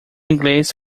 inglês